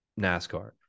NASCAR